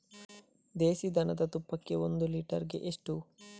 ದೇಸಿ ದನದ ತುಪ್ಪಕ್ಕೆ ಒಂದು ಲೀಟರ್ಗೆ ಎಷ್ಟು?